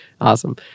Awesome